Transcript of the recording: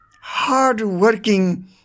hard-working